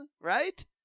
right